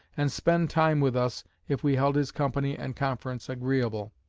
and spend time with us if we held his company and conference agreeable.